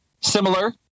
similar